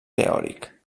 teòric